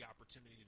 opportunity